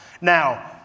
Now